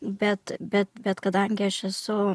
bet bet bet kadangi aš esu